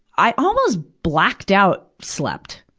i almost blacked-out slept.